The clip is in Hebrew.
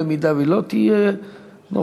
אם היא לא תהיה נוכחת,